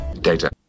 Data